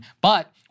But-